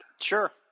Sure